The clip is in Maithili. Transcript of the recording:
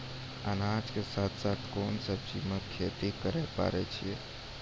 अनाज के साथ साथ कोंन सब्जी के खेती करे पारे छियै?